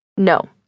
No